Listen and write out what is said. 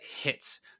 hits